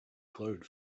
glowed